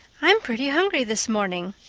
i'm pretty hungry this morning,